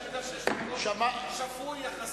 אמרתי דברים כי אני יודע שיש לו קול שפוי יחסית,